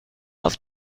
auf